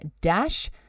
dash